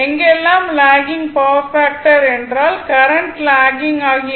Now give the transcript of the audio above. எங்கெல்லாம் lagging power factor என்றால் current lagging ஆகி இருக்கும்